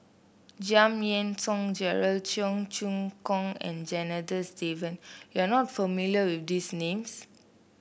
Giam Yean Song Gerald Cheong Choong Kong and Janadas Devan you are not familiar with these names